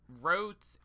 wrote